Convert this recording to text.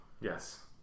Yes